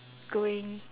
going